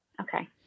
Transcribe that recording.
Okay